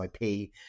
IP